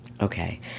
Okay